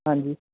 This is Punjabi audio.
ਹਾਂਜੀ